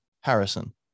Harrison